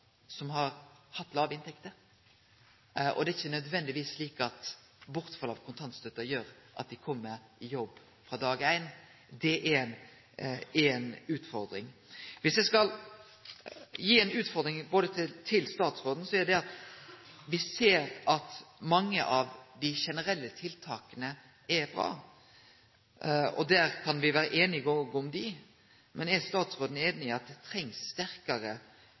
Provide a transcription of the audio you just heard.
som har hatt låge inntekter, og det er ikkje nødvendigvis slik at bortfall av kontantstøtta gjer at dei kjem i jobb frå dag éin. Det er ei utfordring. Dersom eg skal gi ei utfordring til statsråden, er det: Me ser at mange av dei generelle tiltaka er bra, og me kan vere einige om dei. Men er statsråden einig i at det trengst sterkare